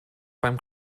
beim